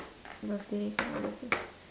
birthdays